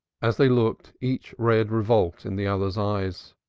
as they looked each read revolt in the other's eyes.